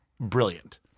brilliant